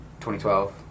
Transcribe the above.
2012